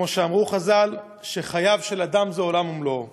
כמו שאמרו חז"ל, חייו של אדם זה עולם ומלואו.